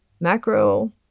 macro